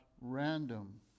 random